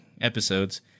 episodes